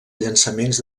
llançaments